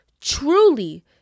truly